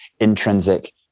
intrinsic